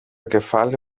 κεφάλι